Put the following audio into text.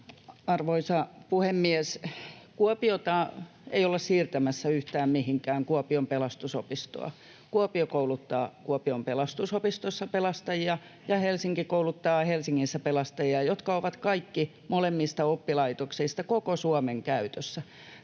Kuopion Pelastus-opistoa, ei olla siirtämässä yhtään mihinkään. Kuopio kouluttaa Kuopion Pelastusopistossa pelastajia ja Helsinki kouluttaa Helsingissä pelastajia, jotka ovat kaikki, molemmista oppilaitoksista, koko Suomen käytössä.